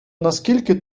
наскільки